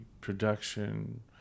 production